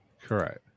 Correct